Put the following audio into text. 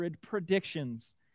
predictions